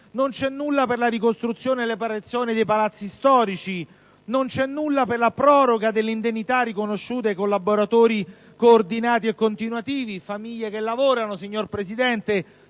Non c'è nulla per la ricostruzione e la riparazione dei palazzi storici. Non c'è nulla per la proroga delle indennità riconosciute ai collaboratori coordinati e continuativi: sono famiglie che lavorano, signora Presidente,